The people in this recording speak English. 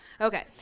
Okay